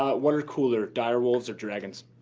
ah what are cooler, direwolves or dragons?